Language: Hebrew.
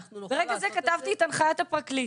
ברגע הזה כתבתי את הנחיית הפרקליט.